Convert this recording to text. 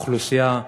מהאוכלוסייה.